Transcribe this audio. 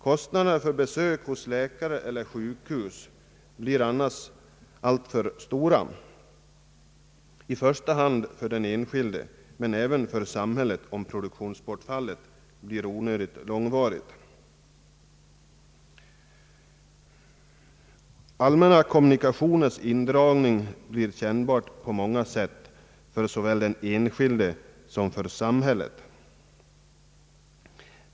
Kostnaderna för besök hos läkare eller på sjukhus blir annars alltför stora, i första hand för den enskilde men även för samhället om produktionsbortfallet blir onödigt långvarigt. Indragning av allmänna kommunikationer blir kännbart på många sätt såväl för den enskilde som för samhället.